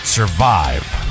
survive